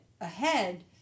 ahead